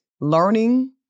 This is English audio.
learning